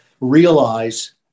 realize